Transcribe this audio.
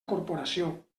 corporació